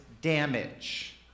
damage